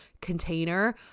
container